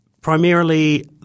Primarily